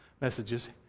messages